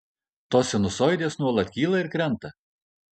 tos sinusoidės nuolat kyla ir krenta